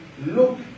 look